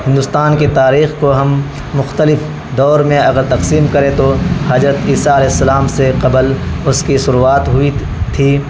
ہندوستان کی تاریخ کو ہم مختلف دور میں اگر تقسیم کریں تو حضرت عیسی علیہ السلام سے قبل اس کی شروعات ہوئی تھی